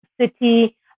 city